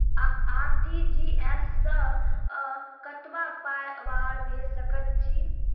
RTGS सअ कतबा पाय बाहर भेज सकैत छी?